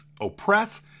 oppress